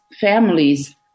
families